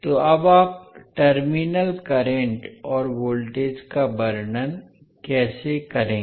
तो अब आप टर्मिनल करंट और वोल्टेज का वर्णन कैसे करेंगे